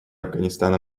афганистана